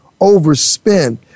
overspend